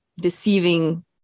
deceiving